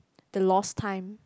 the lost time